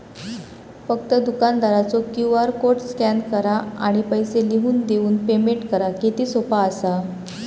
फक्त दुकानदारचो QR code scan करा आणि पैसे लिहून देऊन पेमेंट करा किती सोपा असा